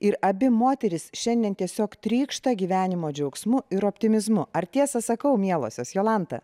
ir abi moterys šiandien tiesiog trykšta gyvenimo džiaugsmu ir optimizmu ar tiesą sakau mielosios jolanta